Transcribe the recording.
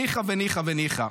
ניחא וניחא וניחא.